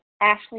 Ashley